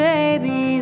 Baby